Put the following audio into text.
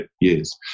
years